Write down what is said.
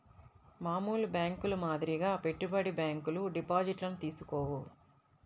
మామూలు బ్యేంకుల మాదిరిగా పెట్టుబడి బ్యాంకులు డిపాజిట్లను తీసుకోవు